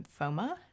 lymphoma